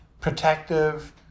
protective